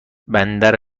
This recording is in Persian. بندر